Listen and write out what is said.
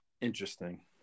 interesting